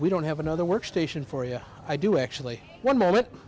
we don't have another workstation for yeah i do actually one minute